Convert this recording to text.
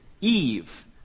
Eve